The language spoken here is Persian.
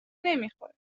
نمیخوره